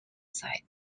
site